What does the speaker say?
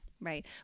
Right